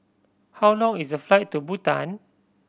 how long is the flight to Bhutan